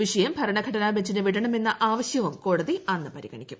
വിഷയ്ക്കൂഭർണഘടനാ ബഞ്ചിന് വിടണമെന്ന ആവശ്യവും കോടതി ആന്ന് പരിഗണിക്കും